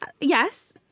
yes